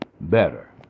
better